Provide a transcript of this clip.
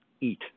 eat